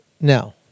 Now